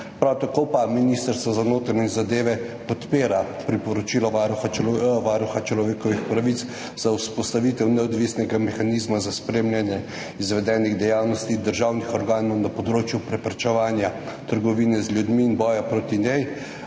Prav tako Ministrstvo za notranje zadeve podpira priporočilo Varuha človekovih pravic za vzpostavitev neodvisnega mehanizma za spremljanje izvedenih dejavnosti državnih organov na področju preprečevanja trgovine z ljudmi in boja proti njej